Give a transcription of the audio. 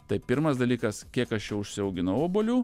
tai pirmas dalykas kiek aš čia užsiauginau obuolių